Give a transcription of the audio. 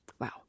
Wow